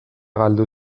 galdu